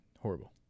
horrible